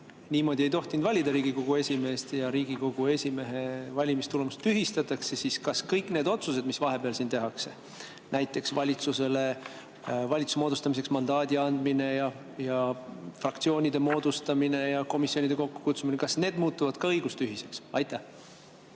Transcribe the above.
niimoodi ei tohtinud valida Riigikogu esimeest ja Riigikogu esimehe valimise tulemused tühistatakse, siis kas kõik need otsused, mis vahepeal siin tehakse, näiteks valitsuse moodustamiseks mandaadi andmine ja fraktsioonide moodustamine ja komisjonide kokkukutsumine, muutuvad ka õigustühiseks? Aitäh!